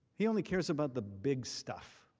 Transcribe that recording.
he only cares about the big stuff.